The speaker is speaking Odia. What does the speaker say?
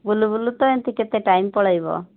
ବୁଲୁ ବୁଲୁ ତ ଏନ୍ତି କେତେ ଟାଇମ ପଳେଇବ